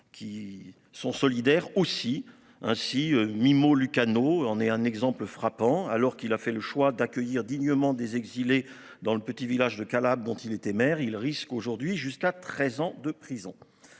qui sont solidaires aussi ainsi Mimmo Lucano en est un exemple frappant alors qu'il a fait le choix d'accueillir dignement des exilés dans le petit village de Calabre, dont il était maire, il risque aujourd'hui jusqu'à 13 ans de prison.